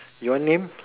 your name